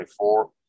24